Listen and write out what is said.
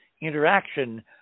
interaction